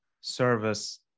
service